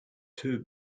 two